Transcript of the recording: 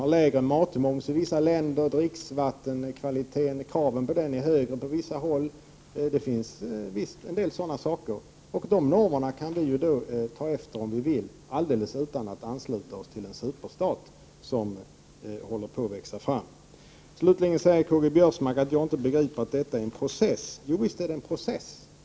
Man har lägre matmoms i vissa länder, och kraven på dricksvattenkvaliteten är högre på vissa håll. Det finns en del sådana saker, och de normerna kan vi ta efter om vi vill, alldeles utan att ansluta oss till den superstat som håller på att växa fram. Karl-Göran Biörsmark säger att jag inte begriper att detta är en process. Jo, visst är det en process.